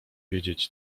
wiedzieć